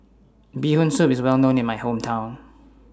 Bee Hoon Soup IS Well known in My Hometown